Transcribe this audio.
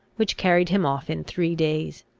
which carried him off in three days.